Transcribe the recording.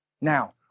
Now